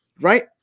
right